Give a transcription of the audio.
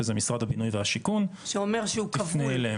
שזה משרד הבינוי והשיכון --- שהוא אומר שהוא כבול.